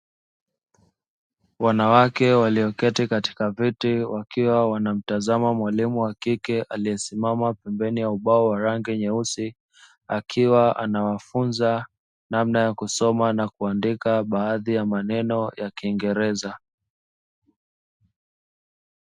Wanawake walioketi katika viti wakiwa wanamtazama mwalimu wa kike aliyesimama pembeni ya ubao wa rangi nyeusi akiwa anawafunza namna ya kusoma na kuandika baadhi ya maneno ya kiingereza